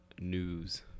news